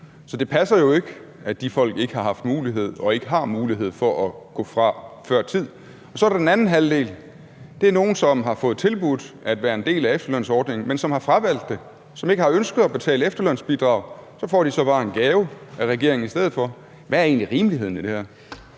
Så det passer jo ikke, at de folk ikke har haft mulighed og ikke har mulighed for at gå fra før tid. Så er der den anden halvdel. Det er nogle, som har fået tilbudt at være en del af efterlønsordningen, men som har fravalgt den, som ikke har ønsket at betale efterlønsbidrag, og så får de så bare en gave af regeringen i stedet for. Hvad er egentlig rimeligheden i det her?